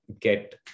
get